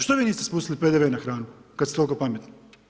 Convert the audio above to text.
Što vi niste spustili PDV-e na hranu kada ste toliko pametni?